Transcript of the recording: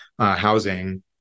housing